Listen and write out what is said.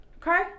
okay